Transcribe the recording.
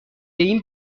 این